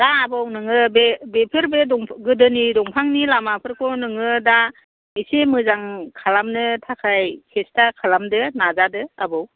दा आबौ नोङो बे बेफोर बे गोदोनि दंफांनि लामाफोरखौ नोङो दा एसे मोजां खालामनो थाखाय सेस्था खालामदो नाजादो आबौ